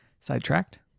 Sidetracked